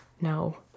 No